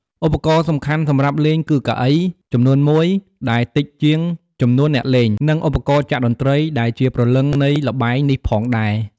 ឧបករណ៍សំខាន់សម្រាប់លេងគឺ កៅអី ចំនួនមួយដែលតិចជាងចំនួនអ្នកលេង និង ឧបករណ៍ចាក់តន្ត្រី ដែលជាព្រលឹងនៃល្បែងនេះផងដែរ។